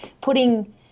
putting